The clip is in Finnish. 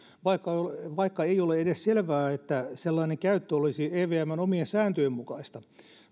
vaikka vaikka ei ole edes selvää että sellainen käyttö olisi evmn omien sääntöjen mukaista